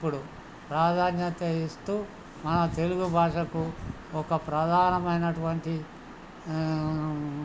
ఇప్పుడు ప్రాధాన్యత ఇస్తూ మన తెలుగు భాషకు ఒక ప్రధానమైనటువంటి